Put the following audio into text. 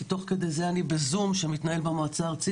כי תוך כדי אני בזום שמתנהל במועצה הארצית.